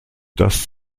das